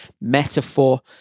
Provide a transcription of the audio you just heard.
metaphor